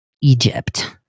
Egypt